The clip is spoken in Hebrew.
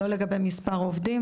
לא לגבי מספר עובדים,